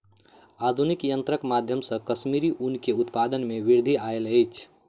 आधुनिक यंत्रक माध्यम से कश्मीरी ऊन के उत्पादन में वृद्धि आयल अछि